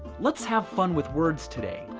let's have fun with words today,